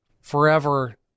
forever